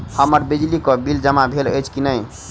हम्मर बिजली कऽ बिल जमा भेल अछि की नहि?